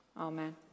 Amen